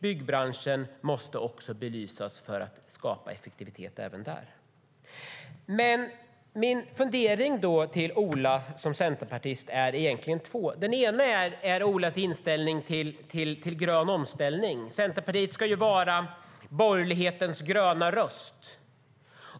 Byggbranschen måste också belysas för att skapa effektivitet även där. Mina funderingar riktade till Ola som centerpartist är två. Den ena gäller Olas inställning till grön omställning. Centerpartiet ska ju vara borgerlighetens gröna röst.